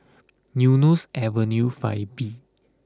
Eunos Avenue Five B